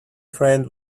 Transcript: friend